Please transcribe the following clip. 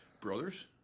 Brothers